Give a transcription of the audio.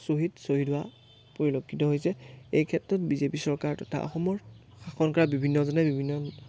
শ্বহীদ শ্বহীদ হোৱা পৰিলক্ষিত হৈছে এই ক্ষেত্ৰত বিজেপি চৰকাৰ তথা অসমৰ শাসন কৰা বিভিন্নজনে বিভিন্ন